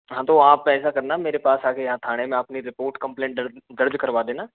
हाँ तो आप ऐसा करना मेरे पास आके यहाँ थाने में आपने रिपोर्ट कंप्लेन दर्ज करवा देना